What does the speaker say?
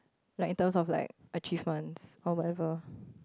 like in terms of like achievements or whatever